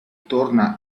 torna